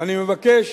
אני מבקש